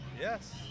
yes